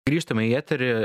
grįžtame į eterį